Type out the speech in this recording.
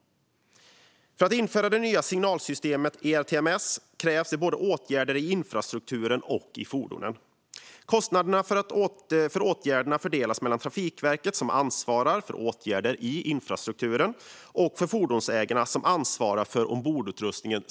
För att införa det nya signalsystemet ERTMS krävs både åtgärder i infrastrukturen och i fordonen. Kostnaderna för åtgärderna fördelas mellan Trafikverket, som ansvarar för åtgärder i infrastrukturen, och fordonsägarna, som ansvarar för tågens ombordutrustning.